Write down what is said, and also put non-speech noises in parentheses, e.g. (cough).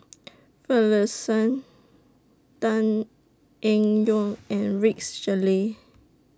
(noise) Finlayson Tan Eng (noise) Yoon and Rex Shelley